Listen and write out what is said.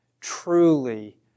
truly